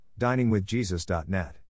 DiningWithJesus.net